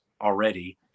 already